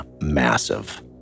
massive